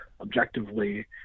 objectively